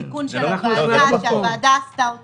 זה תיקון שהוועדה עשתה אותו.